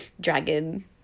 dragon